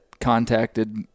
contacted